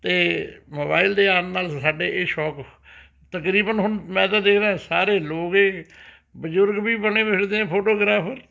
ਅਤੇ ਮੋਬਾਈਲ ਦੇ ਆਉਣ ਨਾਲ ਸਾਡੇ ਇਹ ਸ਼ੌਕ ਤਕਰੀਬਨ ਹੁਣ ਮੈਂ ਤਾਂ ਦੇਖਦਾ ਸਾਰੇ ਲੋਕ ਏ ਬਜ਼ੁਰਗ ਵੀ ਬਣੇ ਫਿਰਦੇ ਨੇ ਫ਼ੋਟੋਗਰਾਫਰ